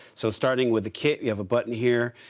so starting with the kit, you have a button here.